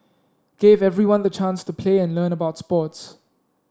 gave everyone the chance to play and learn about sports